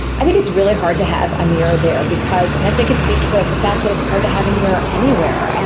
i think it's really hard to have a mirror there because, and i think it speaks to the fact that it's hard to have a mirror anywhere, and